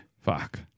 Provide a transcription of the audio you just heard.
Fuck